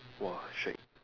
!wah! shagged